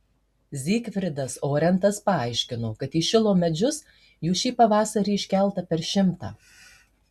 zygfridas orentas paaiškino kad į šilo medžius jų šį pavasarį iškelta per šimtą